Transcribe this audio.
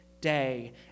day